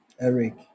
Eric